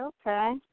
okay